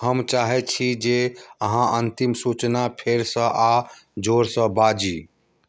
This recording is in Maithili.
हम चाहै छी जे अहाँ अन्तिम सूचना फेरसँ आओर जोरसँ बाजी